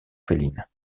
féline